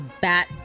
bat